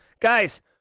Guys